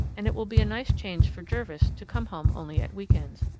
and it will be a nice change for jervis to come home only at week ends.